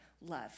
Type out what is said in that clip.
love